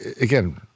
Again